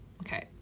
okay